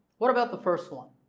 what about the first one?